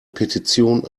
petition